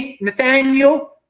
nathaniel